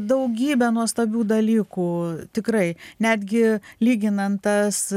daugybę nuostabių dalykų tikrai netgi lyginant tas